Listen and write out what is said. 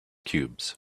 cubes